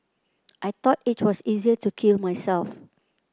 I thought it was easier to kill myself